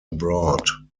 abroad